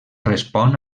respon